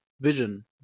Vision